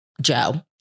Joe